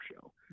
show